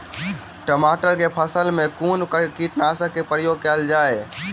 टमाटर केँ फसल मे कुन कीटनासक केँ प्रयोग कैल जाय?